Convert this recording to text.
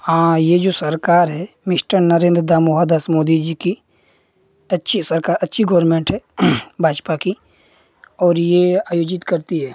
हाँ यह जो सरकार है मिस्टर नरेंद्र दामोहर दास मोदी जी कि अच्छी सरकार अच्छी गौर्नमेंट है भाजपा की और ये आयोजित करती है